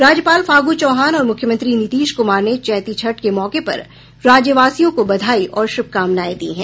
राज्यपाल फागू चौहान और मुख्यमंत्री नीतीश कुमार ने चौती छठ के मौके पर राज्यवासियों को बधाई और शुभकामनायें दी हैं